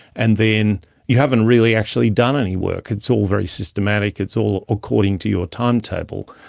and then you haven't really actually done any work, it's all very systematic, it's all according to your timetable.